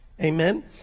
Amen